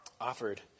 offered